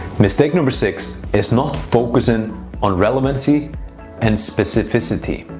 mistake number six is not focusing on relevancy and specificity.